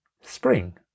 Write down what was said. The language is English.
Spring